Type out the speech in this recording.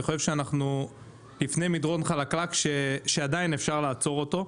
אני חושב שאנחנו לפני מדרון חלקלק שעדיין אפשר לעצור אותו,